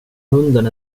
hunden